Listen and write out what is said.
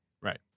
Right